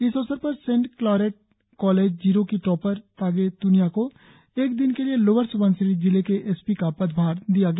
इस अवसर पर सेंट क्लारेट कॉलेज जिरो की टॉपर तागे तुनिया को एक दिन के लिए लोअर सुबनसिरी जिले के एस पी का प्रभार दिया गया